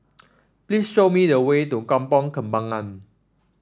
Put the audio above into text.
please show me the way to Kampong Kembangan